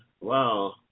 wow